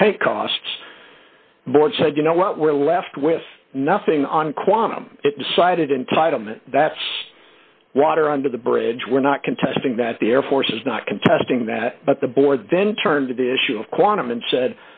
the pay costs more said you know what we're left with nothing on quantum decided entitlement that's water under the bridge we're not contesting that the air force is not contesting that but the board then turned to the issue of quantum and said